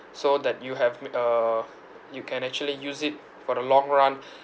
so that you have ma~ uh you can actually use it for the long run